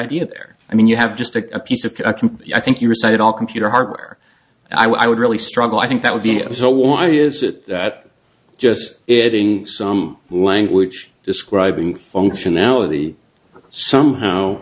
idea there i mean you have just a piece of i think you recited all computer hardware i would really struggle i think that would be so why is it that just it ing some language describing functionality somehow